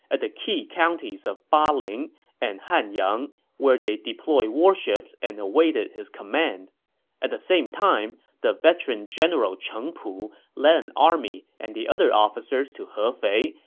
at the key counties of baling and hanyang, where they deployed warships and awaited his command at the same time, the veteran general cheng pu led an army and the other officers to hefei,